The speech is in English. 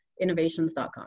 innovations.com